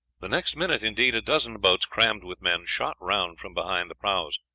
the next minute, indeed, a dozen boats, crammed with men, shot round from behind the prahus.